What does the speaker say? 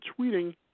tweeting